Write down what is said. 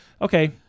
okay